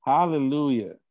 Hallelujah